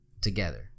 together